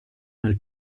nel